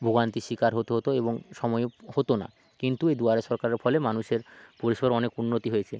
ভোগান্তির শিকার হতে হতো এবং সময়ও হতো না কিন্তু এই দুয়ারে সরকারের ফলে মানুষের পরিষেবার অনেক উন্নতি হয়েছে